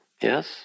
Yes